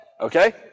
okay